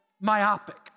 myopic